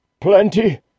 Plenty